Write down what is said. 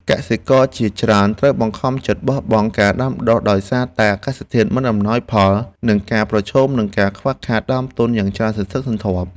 កសិករជាច្រើនត្រូវបង្ខំចិត្តបោះបង់ការដាំដុះដោយសារតែអាកាសធាតុមិនអំណោយផល និងការប្រឈមនឹងការខាតបង់ដើមទុនយ៉ាងច្រើនសន្ធឹកសន្ធាប់។